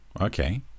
Okay